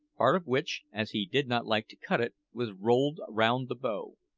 part of which, as he did not like to cut it, was rolled round the bow.